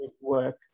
work